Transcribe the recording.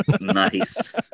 Nice